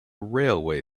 railway